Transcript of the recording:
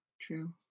true